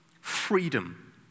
freedom